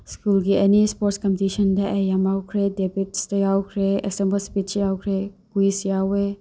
ꯁ꯭ꯀꯨꯜꯒꯤ any sports ꯀꯝꯄꯤꯇꯤꯁꯟꯗ ꯑꯩ ꯌꯥꯝ ꯌꯥꯎꯈ꯭ꯔꯦ ꯗꯤꯕꯦꯠꯁꯇ ꯌꯥꯎꯈ꯭ꯔꯦ ꯑꯦꯛꯁꯇꯦꯝꯄꯣꯔ ꯁ꯭ꯄꯤꯁ ꯌꯥꯎꯈ꯭ꯔꯦ ꯀꯨꯏꯁ ꯌꯥꯎꯑꯦ